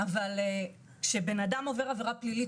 אבל כשבן אדם עובר עבירה פלילית,